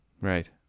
Right